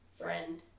friend